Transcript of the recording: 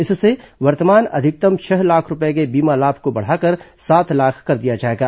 इससे वर्तमान अधिकतम छह लाख रुपये के बीमा लाभ को बढ़ाकर सात लाख कर दिया जाएगा